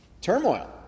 turmoil